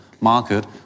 market